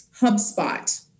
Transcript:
HubSpot